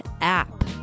app